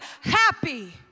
happy